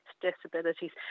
disabilities